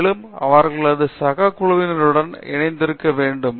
மேலும் அவர்களது சக குழுவினருடன் இணைந்திருக்க வேண்டும்